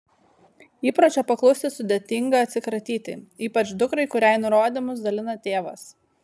įpročio paklusti sudėtinga atsikratyti ypač dukrai kuriai nurodymus dalina tėvas